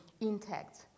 intact